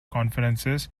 conferences